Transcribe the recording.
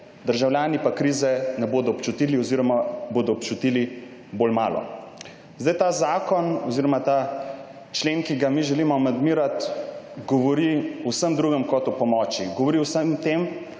državljani pa krize ne bodo občutili oziroma jo bodo občutili bolj malo. Ta zakon oziroma ta člen, ki ga želimo amandmirati, govori o vsem drugem kot o pomoči. Govori o vsem tem,